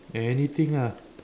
anything ah